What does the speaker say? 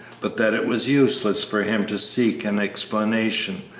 but that it was useless for him to seek an explanation,